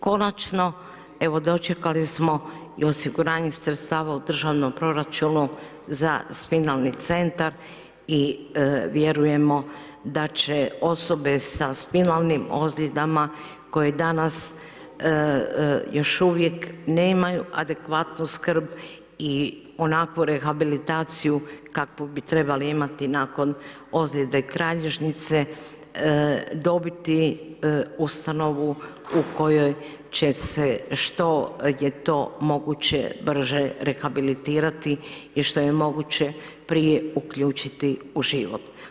Konačno evo dočekali smo i osiguranje sredstava u državnom proračunu za spinalni centar i vjerujemo da će osobe sa spinalnim ozljedama koje danas još uvijek nemaju adekvatnu skrb i onakvu rehabilitaciju kakvu bi trebali imati nakon ozljede kralježnice dobiti ustanovu u kojoj će se što je to moguće brže rehabilitirati i što je moguće prije uključiti u život.